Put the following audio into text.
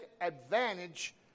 advantage